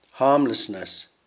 Harmlessness